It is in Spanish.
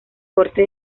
corte